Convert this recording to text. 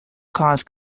caused